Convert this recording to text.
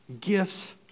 gifts